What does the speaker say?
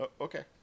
okay